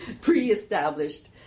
pre-established